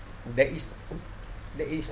there is there is